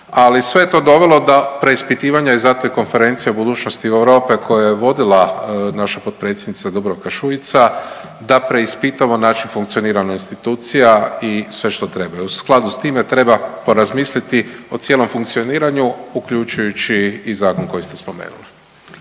ali sve je to dovelo do preispitivanja i zato je Konferencija o budućnosti Europe koju je vodila naša potpredsjednica Dubravka Šuica, da preispitamo način funkcioniranja institucija i sve što treba. I u skladu sa time treba porazmisliti o cijelom funkcioniranju uključujući i zakon koji ste spomenuli.